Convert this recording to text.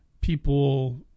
people